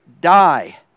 die